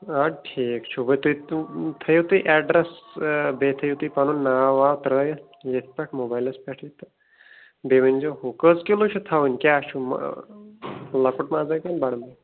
اَدٕ ٹھیٖک چھُ وۄنۍ تُہۍ تھٲیِو تُہۍ ایٚڈرَس بیٚیہِ تھٲیِو تُہۍ پَنُن ناو واو ترٛٲیِتھ ییٚتھۍ پٮ۪ٹھ موبایلَس پٮ۪ٹھٕے تہٕ بیٚیہِ ؤنزیٚو ہُہ کٔژ کِلوٗ چھِ تھاوٕنۍ کیٛاہ چھُ لۄکُٹ مَزا کِنہٕ بَڑٕ مگر